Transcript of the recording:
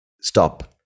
stop